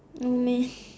no meh